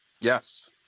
Yes